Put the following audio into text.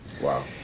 Wow